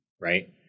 right